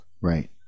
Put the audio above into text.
Right